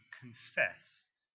confessed